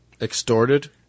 Extorted